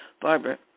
Barbara